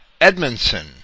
Edmondson